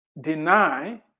deny